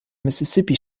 mississippi